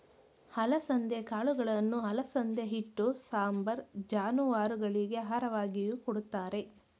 ಅಲಸಂದೆ ಕಾಳುಗಳನ್ನು ಅಲಸಂದೆ ಹಿಟ್ಟು, ಸಾಂಬಾರ್, ಜಾನುವಾರುಗಳಿಗೆ ಆಹಾರವಾಗಿಯೂ ಕೊಡುತ್ತಾರೆ